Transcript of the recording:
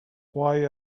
why